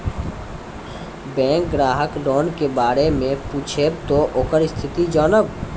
Bank ग्राहक loan के बारे मैं पुछेब ते ओकर स्थिति जॉनब?